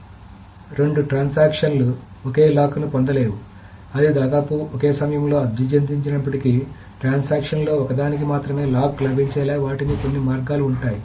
కాబట్టి రెండు లావాదేవీలు ఒకే లాక్ను పొందలేవు అవి దాదాపు ఒకే సమయంలో అభ్యర్థించిన ప్పటికీ ట్రాన్సాక్షన్ లో ఒకదానికి మాత్రమే లాక్ లభించేలా వాటికి కొన్ని మార్గాలు ఉంటాయి